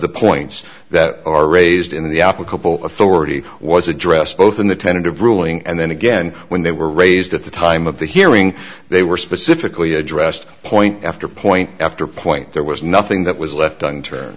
the points that are raised in the applicable authority was addressed both in the tentative ruling and then again when they were raised at the time of the hearing they were specifically addressed point after point after point there was nothing that was left